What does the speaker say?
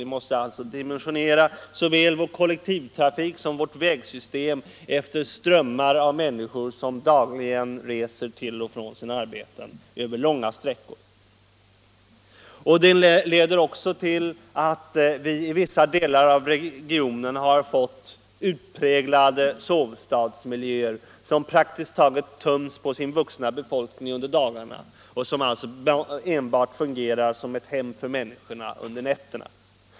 Vi måste dimensionera såväl vår kollektiva trafik som vårt vägsystem efter de strömmar av människor som dagligen reser till och från sina arbeten över långa sträckor. Och det leder också till att vissa delar av regionen har fått utpräglade sovstadsmiljöer, som praktiskt taget töms på sin vuxna befolkning under dagarna och som fungerar som ett hem för människorna enbart under nätterna.